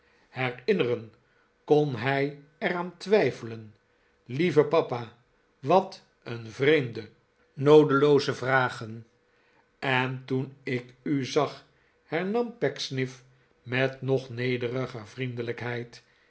herinnereni kon hij er aan twijfelen lieve papa wat een vreemde noodelooze vragen en toen ik uzag hernam pecksniff met nog nederiger vriendelijkheid